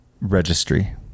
registry